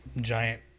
giant